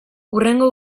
hurrengo